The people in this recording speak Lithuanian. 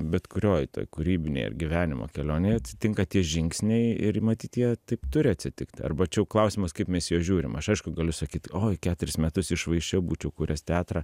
bet kurioj toj kūrybinėj ar gyvenimo kelionėj atitinka tie žingsniai ir matyt jie taip turi atsitikti arba čia jau klausimas kaip mes į juos žiūrim aš aišku galiu sakyt oi keturis metus iššvaisčiau būčiau kūręs teatrą